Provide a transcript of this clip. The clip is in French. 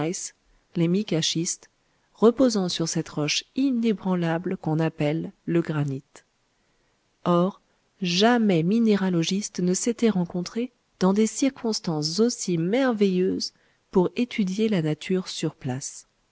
reposant sur cette roche inébranlable qu'on appelle le granit or jamais minéralogistes ne s'étaient rencontrés dans des circonstances aussi merveilleuses pour étudier la nature sur place